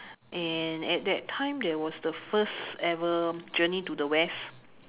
and at that time there was the first ever journey to the west